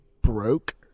broke